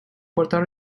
puerto